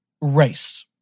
race